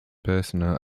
personal